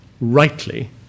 rightly